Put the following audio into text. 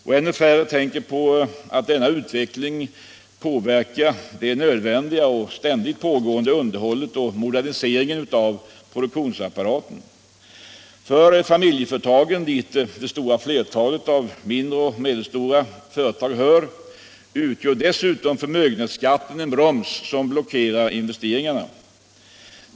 Och ännu färre tänker på att denna utveckling påverkar det nödvändiga och ständigt pågående arbetet med underhåll och modernisering av produktionsapparaten. För familjeföretagen, dit det stora flertalet av mindre och medelstora företag hör, utgör dessutom förmögenhetsskatten en broms som blockerar investeringarna.